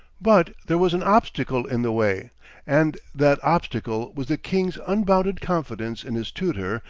but there was an obstacle in the way and that obstacle was the king's unbounded confidence in his tutor,